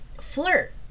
flirt